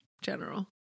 General